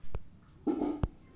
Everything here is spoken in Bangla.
কৃষি পদ্ধতি কতগুলি জানতে চাই?